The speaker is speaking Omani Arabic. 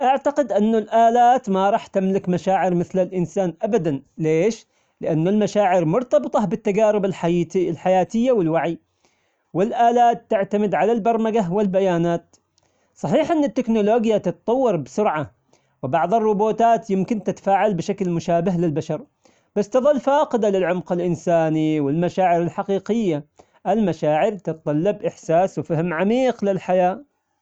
أعتقد أن الآلات ما راح تملك مشاعر مثل الإنسان أبدا، ليش؟ لأن المشاعر مرتبطة بالتجارب الحيات- الحياتية والوعي، والآلات تعتمد على البرمجة والبيانات. صحيح أن التكنولوجيا تتطور بسرعة، وبعض الروبوتات يمكن تتفاعل بشكل مشابه للبشر بس تظل فاقدة للعمق الإنساني والمشاعر الحقيقية، المشاعر تتطلب إحساس وفهم عميق للحياة.